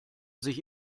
sich